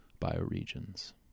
bioregions